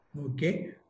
Okay